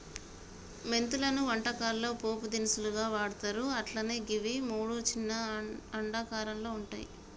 మెంతులను వంటకాల్లో పోపు దినుసుగా వాడ్తర్ అట్లనే గివి మూడు చిన్న అండాకారంలో వుంటయి